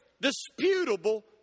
disputable